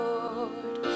Lord